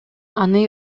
аны